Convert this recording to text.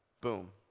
Boom